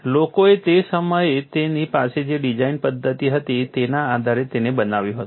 લોકોએ તે સમયે તેમની પાસે જે ડિઝાઇન પદ્ધતિ હતી તેના આધારે તેને બનાવ્યું હતું